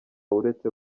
uretse